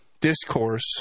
discourse